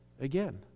again